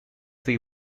say